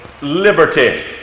Liberty